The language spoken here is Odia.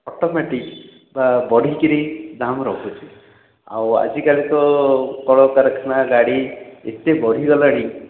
ଅଟୋମାଟିକ୍ ବା ବଢ଼ିକିରି ଦାମ୍ ରହୁଛି ଆଉ ଆଜିକାଲି ତ କଳକାରଖାନା ଗାଡ଼ି ଏତେ ବଢ଼ିଗଲାଣି